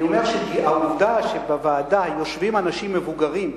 אני אומר שהעובדה שבוועדה יושבים אנשים מבוגרים,